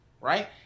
Right